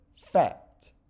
fact